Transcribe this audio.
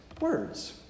words